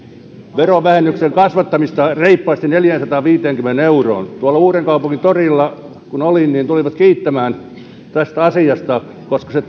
verovähennyksen kasvattamista reippaasti neljäänsataanviiteenkymmeneen euroon tuolla uudenkaupungin torilla kun olin niin tulivat kiittämään tästä asiasta koska se